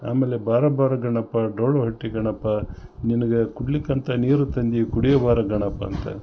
ಆಮೇಲೆ ಬಾರೋ ಬಾರೋ ಗಣಪ ಡೊಳ್ಳು ಹೊಟ್ಟೆ ಗಣಪ ನಿನ್ಗೆ ಕುಡಿಲಿಕ್ಕೆ ಅಂತ ನೀರು ತಂದೀವಿ ಕುಡಿಯೋ ಬಾರೋ ಗಣಪ ಅಂತ